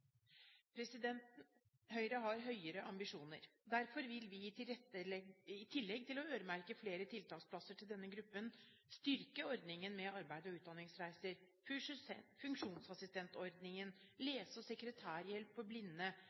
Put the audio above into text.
Høyre har høyere ambisjoner. Derfor vil vi i tillegg til å øremerke flere tiltaksplasser til denne gruppen, styrke ordningen med arbeids- og utdanningsreiser, funksjonsassistentordningen, lese- og sekretærhjelp for blinde, servicehundordningen, ordningen med tolkehjelp for døve, og tilretteleggingsgarantien for funksjonshemmede på